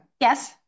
Yes